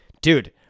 dude